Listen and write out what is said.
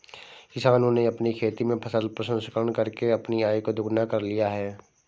किसानों ने अपनी खेती में फसल प्रसंस्करण करके अपनी आय को दुगना कर लिया है